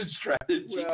strategy